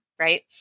right